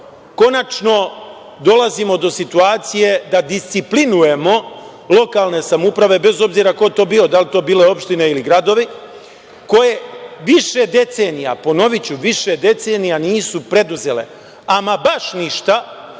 konačno dolazimo do situacije da disciplinujemo lokalne samouprave bez obzira ko to bio, da li to bile opštine ili gradovi, koje više decenija, ponoviću, više decenija nisu preduzele ama baš ništa